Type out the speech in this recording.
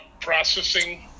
processing